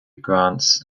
grants